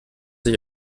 ich